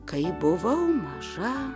kai buvau maža